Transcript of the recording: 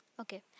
Okay